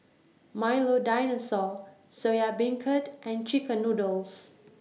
Milo Dinosaur Soya Beancurd and Chicken Noodles